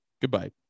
Goodbye